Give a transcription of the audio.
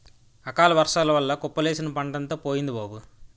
అకాలవర్సాల వల్ల కుప్పలేసిన పంటంతా పోయింది బాబూ